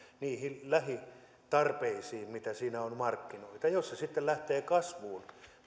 niihin lähitarpeisiin mitä siinä on markkinoita jos se lähtee kasvuun